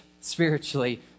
spiritually